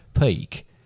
peak